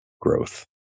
growth